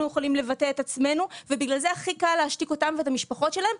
יכולים לבטא את עצמנו ובגלל זה הכי קל להשתיק אותם ואת המשפחות שלהם.